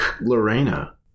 Lorena